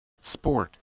Sport